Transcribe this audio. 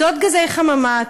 פליטות גזי חממה,